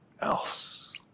else